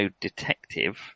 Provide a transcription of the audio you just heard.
detective